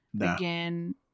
again